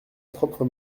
propre